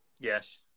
Yes